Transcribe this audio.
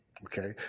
Okay